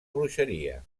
bruixeria